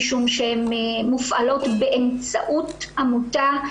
משום שהן מופעלות באמצעות עמותה.